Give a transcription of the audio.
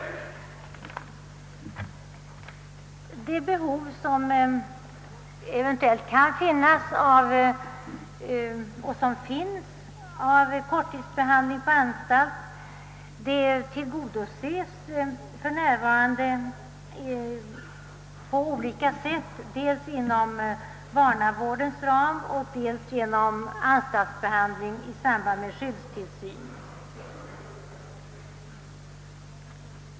Det behov som eventuellt kan finnas och som finns av korttidsbehandling på anstalt tillgodoses för närvarande på olika sätt, dels inom barnavårdens ram, dels genom anstaltsbehandling i samband med skyddstillsyn.